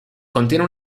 contiene